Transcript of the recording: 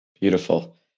Beautiful